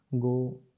go